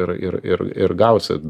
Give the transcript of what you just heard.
ir ir ir ir gausit